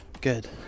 Good